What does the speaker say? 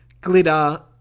glitter